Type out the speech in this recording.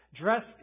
Dressed